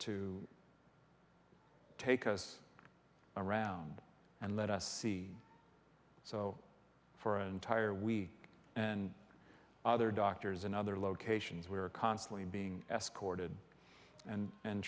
to take us around and let us see so for an entire week and other doctors in other locations we were constantly being escorted and and